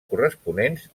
corresponents